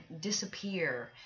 disappear